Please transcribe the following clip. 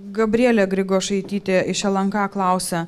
gabrielė grigošaitytė iš lnk klausia